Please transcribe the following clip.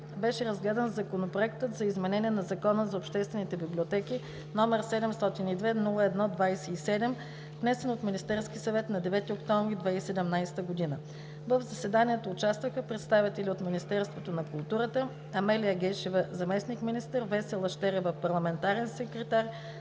беше разгледан Законопроектът за изменение на Закона за народните читалища, № 702-01-37, внесен от Министерския съвет на 26 октомври 2017 г. В заседанието участваха представители от Министерството на културата: госпожа Амелия Гешева - заместник-министър, госпожа Весела Щерева – парламентарен секретар,